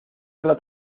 otra